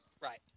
Right